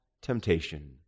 temptation